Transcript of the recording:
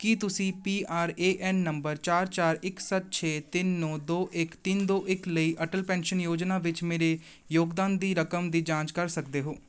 ਕੀ ਤੁਸੀਂ P R A N number ਚਾਰ ਚਾਰ ਇੱਕ ਸੱਤ ਛੇ ਤਿੰਨ ਨੌਂ ਦੋ ਇੱਕ ਤਿੰਨ ਦੋ ਇੱਕ ਲਈ ਅਟਲ ਪੈਨਸ਼ਨ ਯੋਜਨਾ ਵਿੱਚ ਮੇਰੇ ਯੋਗਦਾਨ ਦੀ ਰਕਮ ਦੀ ਜਾਂਚ ਕਰ ਸਕਦੇ ਹੋ